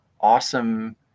awesome